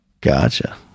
Gotcha